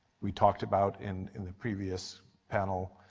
we talked about in in the previous panel,